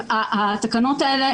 עברתי על התקנות האלה,